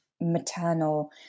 maternal